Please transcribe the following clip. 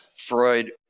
Freud